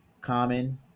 common